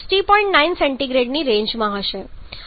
9 0C ની રેન્જમાં કંઈક હશે